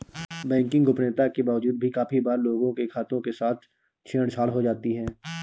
banking गोपनीयता के बावजूद भी काफी बार लोगों के खातों के साथ छेड़ छाड़ हो जाती है